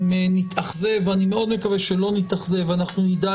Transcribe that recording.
אם נתאכזב ואני מאוד מקווה שלא נתאכזב אנחנו נדע